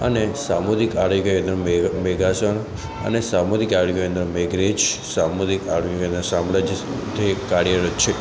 અને સમુદાયિક આરોગ્ય કેન્દ્ર મેઘ મેઘાસણ અને સમુદાયિક આરોગ્ય કેન્દ્ર મેઘરજ સામુદાયિક આરોગ્ય કેન્દ્ર શામળાજી છે કાર્યરત છે